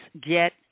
get